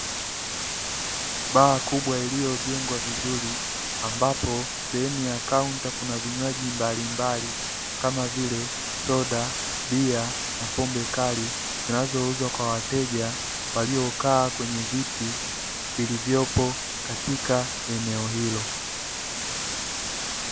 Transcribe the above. Baa kubwa iliyojengwa vizuri ambapo sehemu ya kaunta kuna vinywaji mbalimbali kama vile; soda, bia na pombe kali zinazouzwa kwa wateja waliokaa kwenye viti vilivyopo katika eneo hilo.